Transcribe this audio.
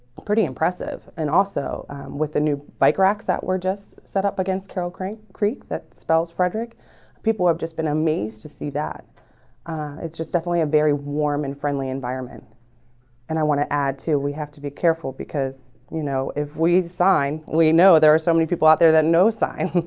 pretty impressive and also with the new bike racks that were just set up against carroll crank creek that spells frederick people have just been amazed to see that it's just definitely a very warm and friendly environment and i want to add to we have to be careful because you know if we sign we know there are so many people out there that know sign